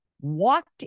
walked